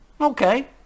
Okay